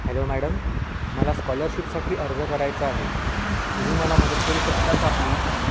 hello madam मला स्कॉलरशिपसाठी अर्ज करायचा आहे तुम्ही मला मदत करू शकता का प्लीज